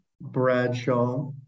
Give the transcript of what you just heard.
Bradshaw